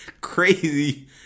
crazy